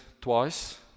twice